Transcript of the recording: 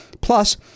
plus